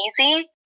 easy